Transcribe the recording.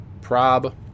prob